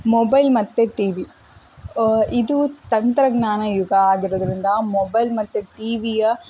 mobile ಮತ್ತು TV ಇದು ತಂತ್ರಜ್ಞಾನ ಯುಗ ಆಗಿರುವುದರಿಂದ ಮೊಬೈಲ್ ಮತ್ತು ಟಿ ವಿಯ